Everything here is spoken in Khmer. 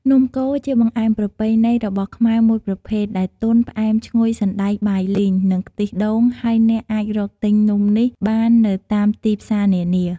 នំកូរជាបង្អែមប្រពៃណីរបស់ខ្មែរមួយប្រភេទដែល ទន់ ផ្អែមឈ្ងុយសណ្ដែកបាយលីង និងខ្ទិះដូង ហើយអ្នកអាចរកទិញនំនេះបាននៅតាមទីផ្សារនានា។